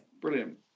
Brilliant